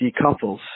decouples